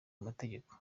amategeko